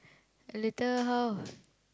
later how